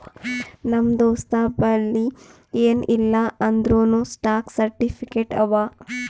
ನಮ್ ದೋಸ್ತಬಲ್ಲಿ ಎನ್ ಇಲ್ಲ ಅಂದೂರ್ನೂ ಸ್ಟಾಕ್ ಸರ್ಟಿಫಿಕೇಟ್ ಅವಾ